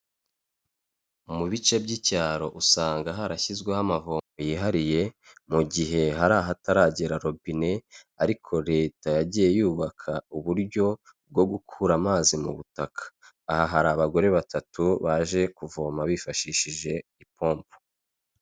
Mu bice by'icyaro usanga harashyizweho amavomo yihariye mu gihe hari ahataragera robine ariko leta yagiye yubaka uburyo bwo gukura amazi mu butaka. Aha hari abagore batatu baje kuvoma bifashishije ipompo.